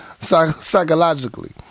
psychologically